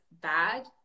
bad